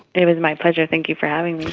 it was my pleasure, thank you for having me.